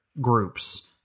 groups